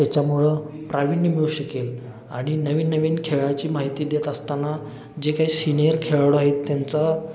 त्याच्यामुळं प्रावीण्य मिळू शकेल आणि नवीन नवीन खेळाची माहिती देत असताना जे काही सिनियर खेळाडू आहेत त्यांचा